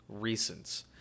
recents